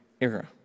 era